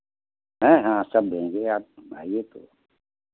हाँ हाँ सब देंगे आप आईए तो